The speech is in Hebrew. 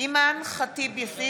אימאן ח'טיב יאסין,